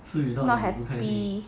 not happy